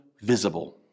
visible